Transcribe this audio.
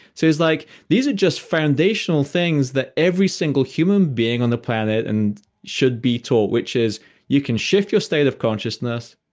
so it's like these are just foundational things that every single human being on the planet and should be taught, which is you can shift your state of consciousness.